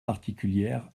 particulières